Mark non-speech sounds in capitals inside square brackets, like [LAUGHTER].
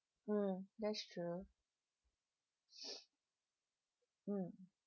mm that's true [BREATH] mm